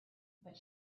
but